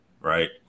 Right